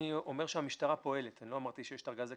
אמרתי שהמשטרה פועלת, לא אמרתי שיש את ארגז הכלים.